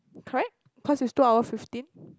correct cause it's two hour fifteen